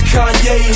Kanye